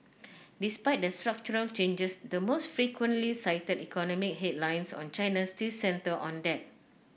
despite the structural changes the most frequently cited economic headlines on China still centre on debt